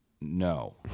no